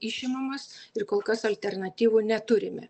išimamas ir kol kas alternatyvų neturime